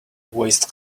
waste